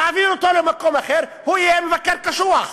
תעבירו אותו למקום אחר, הוא יהיה מבקר קשוח,